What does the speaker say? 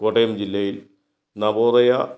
കോട്ടയം ജില്ലയിൽ നവോദയ